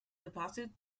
deposits